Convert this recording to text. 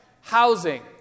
housing